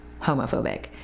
homophobic